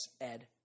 Ed